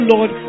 Lord